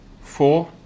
four